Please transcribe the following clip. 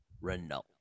Renault